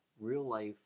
real-life